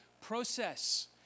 process